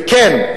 וכן,